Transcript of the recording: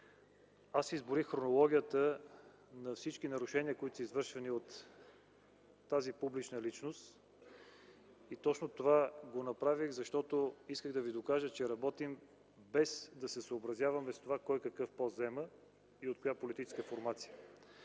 Аз изброих хронологията на всички нарушения, които са извършени от тази публична личност и направих това, защото исках да ви докажа, че работим без да се съобразяваме с това кой какъв пост заема и от коя политическа формация